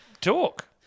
talk